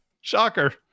Shocker